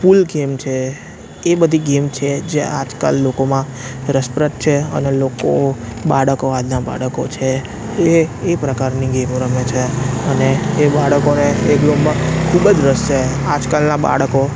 પુલ game છે એ બધી ગેમ છે જે આજકાલ લોકોમાં રસ પ્રદ છે અને લોકો બાળકો આજના બાળકો છે એ એ પ્રકારની ગેમો રમે છે અને એ બાળકોને એ ગેમમાં ખુબજ રસ છે આજકાલના બાળકો